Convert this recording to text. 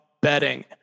betting